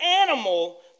animal